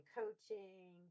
coaching